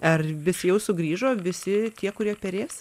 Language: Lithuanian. ar visi jau sugrįžo visi tie kurie perės